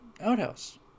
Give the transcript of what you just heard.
outhouse